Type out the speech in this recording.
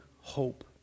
hope